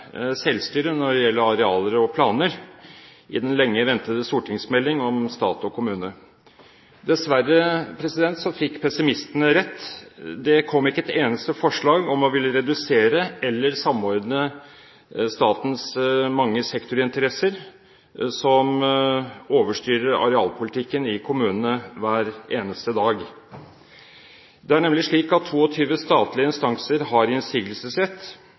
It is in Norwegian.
selvstyret når det gjelder arealer og planer i den lenge ventede stortingsmeldingen om stat og kommune. Dessverre fikk pessimistene rett – det kom ikke et eneste forslag om å redusere eller samordne statens mange sektorinteresser, som overstyrer arealpolitikken i kommunene hver eneste dag. Det er nemlig slik at 22 statlige instanser har innsigelsesrett